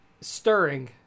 Stirring